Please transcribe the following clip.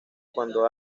cuando